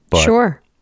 Sure